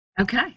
okay